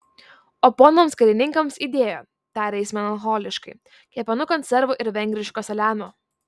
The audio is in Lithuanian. o ponams karininkams įdėjo tarė jis melancholiškai kepenų konservų ir vengriško saliamio